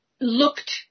looked